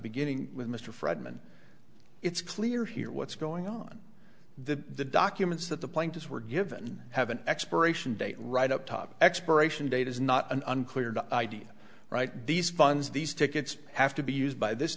beginning with mr fragment it's clear here what's going on the documents that the plaintiffs were given have an expiration date right up top expiration date is not an unclear the idea write these funds these tickets have to be used by this